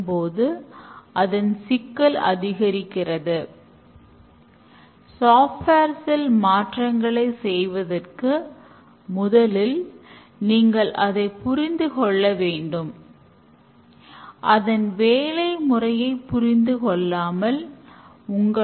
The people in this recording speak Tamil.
இப்போது பல டெவலப்மென்ட் மாடல்களையும் எiஐல் மாடல்களையும் பார்த்த பிறகு நம்முடைய புரிதலுக்கான சில கேள்விகள்